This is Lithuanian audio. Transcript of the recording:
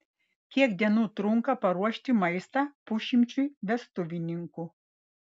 kiek dienų trunka paruošti maistą pusšimčiui vestuvininkų